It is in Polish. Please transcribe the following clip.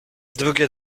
drugie